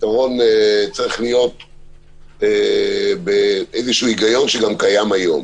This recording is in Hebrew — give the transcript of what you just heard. הפתרון צריך להיות בהיגיון שגם קיים היום.